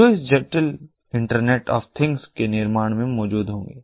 जो इस जटिल इंटरनेट ऑफ थिंग्स के निर्माण में मौजूद होंगे